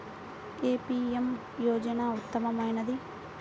ఏ PM యోజన ఉత్తమమైనది?